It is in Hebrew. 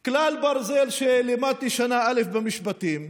כלל ברזל שלמדתי בשנה א' במשפטים,